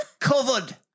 covered